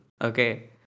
Okay